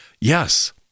yes